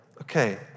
okay